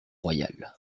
royal